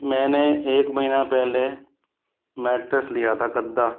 मैंने एक महीना पहले मैट्रेस लिया था गद्दा